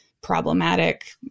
problematic